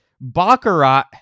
Baccarat